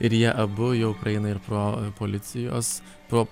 ir jie abu jau praeina ir pro policijos pro